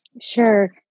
Sure